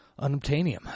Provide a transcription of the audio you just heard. Unobtainium